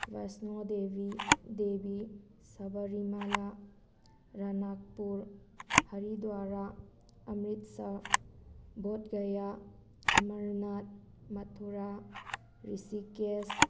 Vaishno Devi Devi Sabarimala Ranakpur Haridwar Amritsar Bodh Gaya Amarnath Mathura Rishikesh